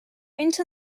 into